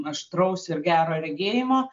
aštraus ir gero regėjimo